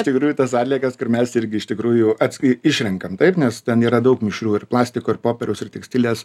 iš tikrųjų tas atliekas kur mes irgi iš tikrųjų atsk išrenkam taip nes ten yra daug mišrių ir plastiko ir popieriaus ir tekstilės